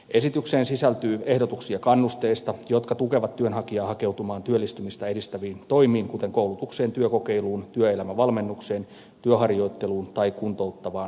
esitykseen sisältyy ehdotuksia kannusteista jotka tukevat työnhakijaa hakeutumaan työllistymistä edistäviin toimiin kuten koulutukseen työkokeiluun työelämävalmennukseen työharjoitteluun tai kuntouttavaan työtoimintaan